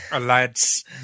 lads